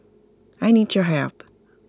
I need your help